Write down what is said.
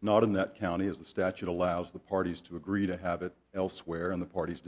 not in that county as the statute allows the parties to agree to have it elsewhere in the parties